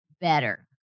better